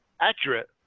accurate